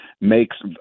makes